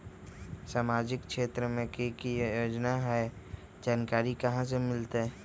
सामाजिक क्षेत्र मे कि की योजना है जानकारी कहाँ से मिलतै?